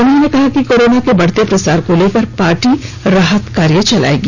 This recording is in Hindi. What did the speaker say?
उन्होंने कहा कि कोरोना के बढ़ते प्रसार को लेकर पार्टी राहत कार्य चलाएगी